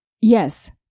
Yes